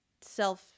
self